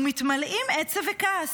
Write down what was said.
ומתמלאים עצב וכעס.